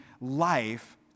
life